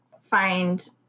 find